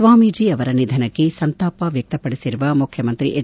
ಸ್ವಾಮೀಜಿ ಅವರ ನಿಧನಕ್ಕೆ ಸಂತಾಪ ವ್ಯಕ್ತಪಡಿಸಿರುವ ಮುಖ್ಯಮಂತ್ರಿ ಎಚ್